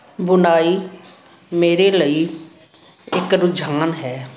ਬੁਣਾਈ ਮੇਰੇ ਲਈ ਇੱਕ ਰੁਝਾਨ ਹੈ